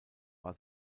war